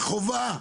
כחובה.